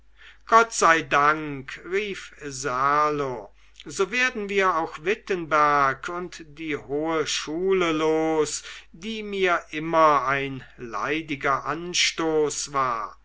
gott sei dank rief serlo so werden wir auch wittenberg und die hohe schule los die mir immer ein leidiger anstoß war